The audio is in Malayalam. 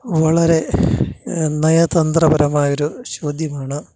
വളരെ നയതന്ത്രപരമായൊരു ചോദ്യമാണ്